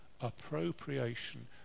appropriation